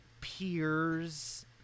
peers